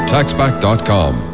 TaxBack.com